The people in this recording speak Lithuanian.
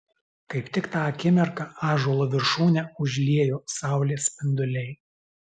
kaip tik tą akimirką ąžuolo viršūnę užliejo saulės spinduliai